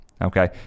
Okay